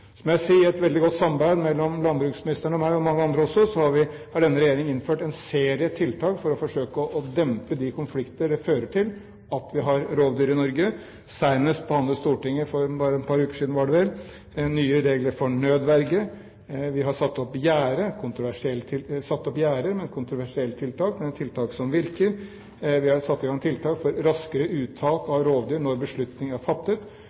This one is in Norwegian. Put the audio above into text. jeg si at i et veldig godt samarbeid mellom landbruksministeren og meg – og mange andre også – har denne regjeringen innført en serie tiltak for å forsøke å dempe de konflikter det fører til at vi har rovdyr i Norge. Stortinget behandlet senest for bare et par uker siden – var det vel – nye regler for nødverge. Vi har satt opp gjerder – et kontroversielt tiltak, men et tiltak som virker. Vi har satt i gang tiltak for raskere uttak av rovdyr når beslutning er fattet.